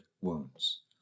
wounds